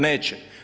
Neće.